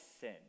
sin